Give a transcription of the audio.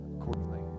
accordingly